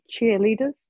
cheerleaders